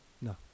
No